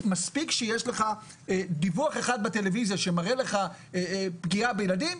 מספיק שיש לך דיווח אחד בטלוויזיה שמראה לך פגיעה בילדים,